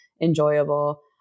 enjoyable